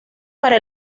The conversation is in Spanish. para